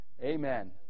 Amen